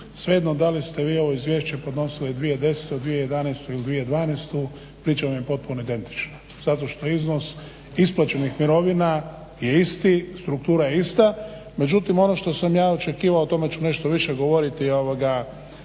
svejedno da li ste vi ovo izvješće podnosili 2010., 2011., 2012. priča vam je potpuno identična zato što iznos isplaćenih mirovina je isti, struktura je ista. Međutim, ono što sam ja očekivao, o tome ću nešto više govoriti